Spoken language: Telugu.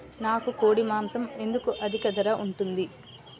నాకు కోడి మాసం ఎందుకు అధిక ధర ఉంటుంది?